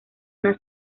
una